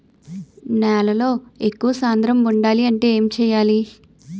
నేలలో ఎక్కువ సాంద్రము వుండాలి అంటే ఏంటి చేయాలి?